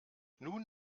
nun